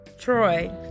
Troy